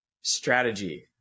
strategy